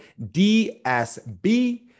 DSB